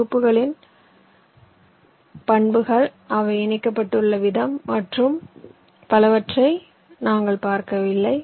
தொகுதிகளின் பண்புகள் அவை இணைக்கப்பட்டுள்ள விதம் மற்றும் பலவற்றை நாங்கள் பார்க்கவில்லை